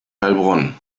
heilbronn